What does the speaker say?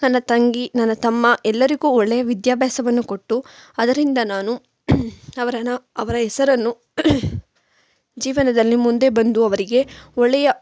ನನ್ನ ತಂಗಿ ನನ್ನ ತಮ್ಮ ಎಲ್ಲರಿಗೂ ಒಳ್ಳೆಯ ವಿದ್ಯಾಭ್ಯಾಸವನ್ನು ಕೊಟ್ಟು ಅದರಿಂದ ನಾನು ಅವರನ್ನು ಅವರ ಹೆಸರನ್ನು ಜೀವನದಲ್ಲಿ ಮುಂದೆ ಬಂದು ಅವರಿಗೆ ಒಳ್ಳೆಯ